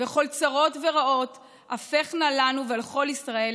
/ וכל צרות ורעות / הפוך נא לנו ולכל ישראל /